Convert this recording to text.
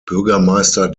bürgermeister